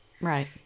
Right